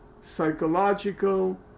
psychological